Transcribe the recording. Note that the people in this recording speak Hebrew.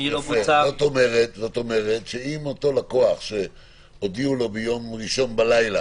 זאת אומרת שאם הודיעו לאותו לקוח ביום ראשון בלילה